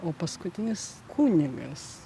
o paskutinis kunigas